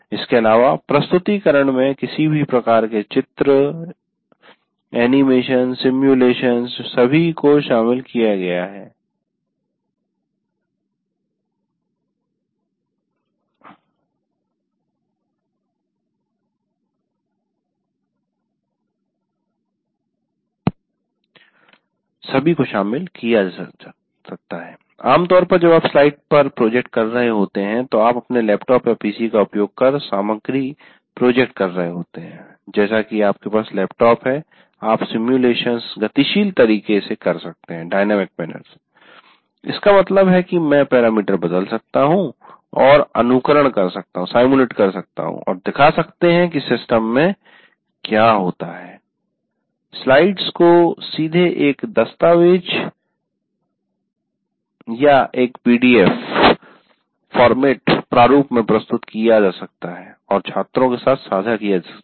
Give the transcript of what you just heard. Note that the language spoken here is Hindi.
इसके अलावा प्रस्तुतीकरण में किसी भी प्रकार के स्थिर चित्र एनिमेशन्स सिमुलेशन्स सभी को शामिल किया जा सकता है आमतौर पर जब आप स्लाइड पर प्रोजेक्ट कर रहे होते हैं तो आप अपने लैपटॉप या पीसी का उपयोग कर सामग्री प्रोजेक्ट कर रहे होते हैं जैसा कि आपके पास लैपटॉप है आप सिमुलेशन्स गतिशील तरीके से कर सकते है इसका मतलब है कि मैं पैरामीटर बदल सकता हूँ और अनुकरण कर सकता हूं और दिखा सकते है कि सिस्टम में क्या होता है स्लाइड्स को सीधे या एक दस्तावेज़ या एक पीडीएफ प्रारूप में प्रस्तुत किया जा सकता है और छात्रों के साथ साझा किया जा सकता है